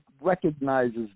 recognizes